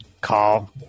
call